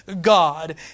God